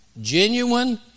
Genuine